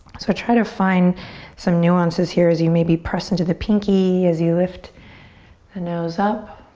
so try to find some nuances here as you maybe press into the pinky as you lift the nose up.